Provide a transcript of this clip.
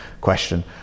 question